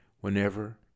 Whenever